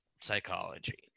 psychology